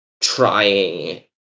trying